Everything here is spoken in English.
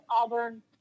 Auburn